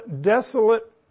desolate